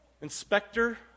inspector